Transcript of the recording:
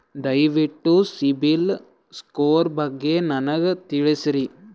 ದಯವಿಟ್ಟು ಸಿಬಿಲ್ ಸ್ಕೋರ್ ಬಗ್ಗೆ ನನಗ ತಿಳಸರಿ?